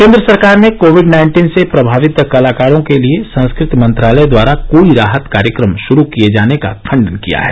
केन्द्र सरकार ने कोविड नाइन्टीन से प्रभावित कलाकारों के लिए संस्कृति मंत्रालय द्वारा कोई राहत कार्यक्रम श्रू किये जाने का खंडन किया है